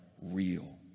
real